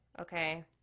okay